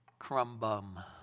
crumbum